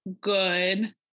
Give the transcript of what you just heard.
good